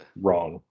wrong